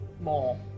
more